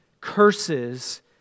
curses